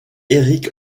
eric